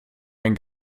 ein